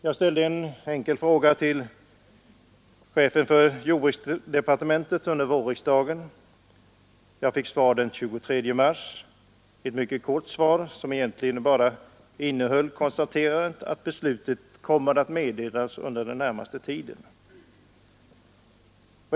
Jag ställde en enkel fråga till chefen för jordbruksdepartementet under vårriksdagen, och jag fick den 23 mars ett mycket kort svar, som egentligen endast innehöll konstaterandet att beslutet kommer att meddelas under den närmaste tiden.